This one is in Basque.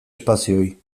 espazioei